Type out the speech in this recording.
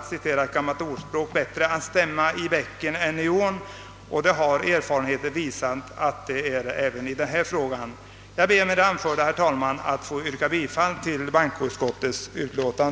visat att det även i denna fråga är bättre att följa det gamla ordspråket som säger, att det är bättre att stämma i bäcken än i ån. Herr talman! Med det anförda ber jag att få yrka bifall till bankoutskottets utlåtande.